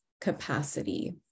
capacity